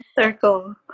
circle